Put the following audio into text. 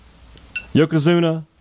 Yokozuna